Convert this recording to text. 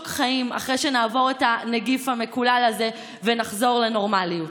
חיים אחרי שנעבור את הנגיף המקולל הזה ונחזור לנורמליות.